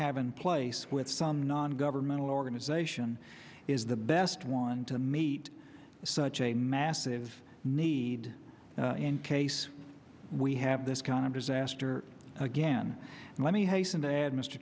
have in place with some non governmental organization is the best one to meet such a massive need in case we have this kind of disaster again and let me h